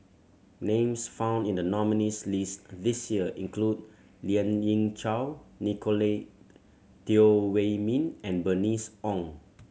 names found in the nominees' list this year include Lien Ying Chow Nicolette Teo Wei Min and Bernice Ong